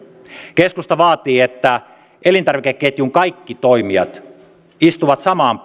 keskusta vaatii että elintarvikeketjun kaikki toimijat istuvat samaan